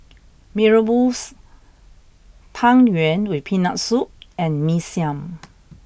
Mee Rebus Tang Yuen with peanut soup and Mee Siam